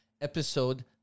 Episode